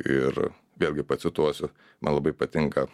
ir vėlgi pacituosiu man labai patinka